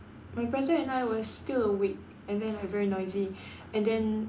my brother and I was still awake and then I very noisy and then